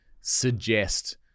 suggest